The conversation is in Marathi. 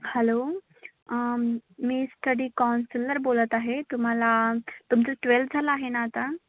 हॅलो मी स्टडी कॉन्सिलर बोलत आहे तुम्हाला तुमचं ट्वेल्थ झालं आहे ना आता